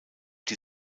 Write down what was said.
die